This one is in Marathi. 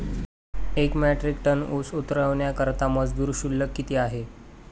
एक मेट्रिक टन ऊस उतरवण्याकरता मजूर शुल्क किती आहे?